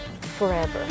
forever